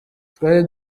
twari